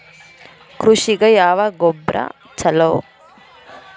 ಕೃಷಿಗ ಯಾವ ಗೊಬ್ರಾ ಛಲೋ?